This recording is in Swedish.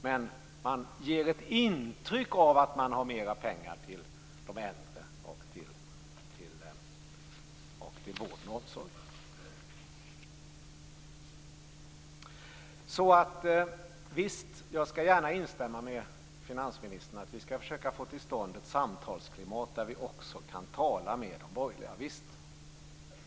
Men man ger ett intryck av att man ger mer pengar till de äldre och till vården och omsorgen. Jag skall gärna instämma med finansministern att vi skall försöka få till stånd ett samtalsklimat där vi också kan tala med de borgerliga. Visst skall vi det.